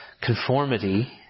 conformity